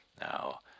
now